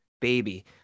baby